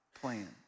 plan